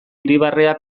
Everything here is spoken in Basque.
irribarrea